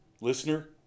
Listener